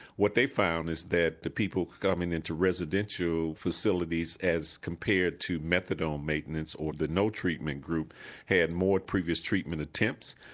what they found is that the people coming into residential facilities as compared to methadone maintenance or the no treatment group had more previous treatment attempts,